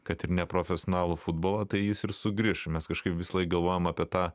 kad ir neprofesionalų futbolą tai jis ir sugrįš mes kažkaip visąlaik galvojame apie tą